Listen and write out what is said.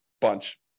bunch